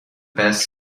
best